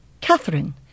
Catherine